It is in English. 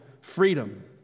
freedom